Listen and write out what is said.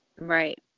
Right